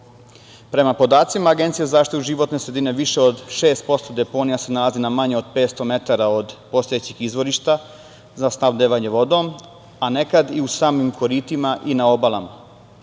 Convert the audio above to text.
voda. Prema podacima Agencije za zaštitu životne sredine, više od 6% deponija se nalazi na manje od 500 metara od postojećih izvorišta za snabdevanje vodom, a nekad u samim koritima i na obalama.